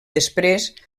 després